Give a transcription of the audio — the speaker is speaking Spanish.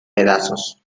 pedazos